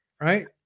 right